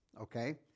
Okay